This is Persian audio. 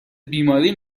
بیماری